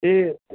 ए